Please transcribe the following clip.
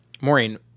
maureen